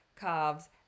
calves